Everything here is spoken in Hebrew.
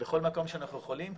בכל מקום שאנחנו יכולים,